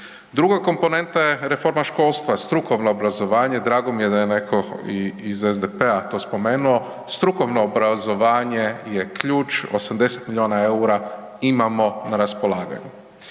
Druga komponenta je reforma školstva, strukovno obrazovanje, drago mi je da je neko i iz SDP-a to spomenuo, strukovno obrazovanje je ključ 80 miliona EUR-a imamo na raspolaganju.